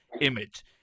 image